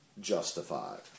justified